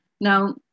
Now